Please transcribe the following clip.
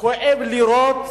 כואב לראות